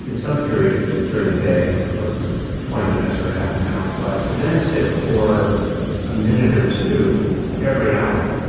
you know some period during the day for twenty minutes or a half an hour. but to then sit for a minute or two every hour,